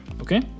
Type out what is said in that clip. okay